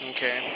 Okay